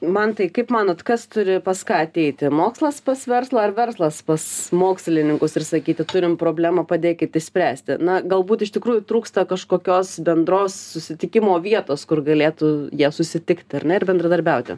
mantai kaip manot kas turi pas ką ateiti mokslas pas verslą ar verslas pas mokslininkus ir sakyti turim problemą padėkit išspręsti na galbūt iš tikrųjų trūksta kažkokios bendros susitikimo vietos kur galėtų jie susitikti ar ne ir bendradarbiauti